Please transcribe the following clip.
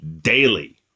daily